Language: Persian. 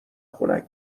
خنک